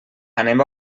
anem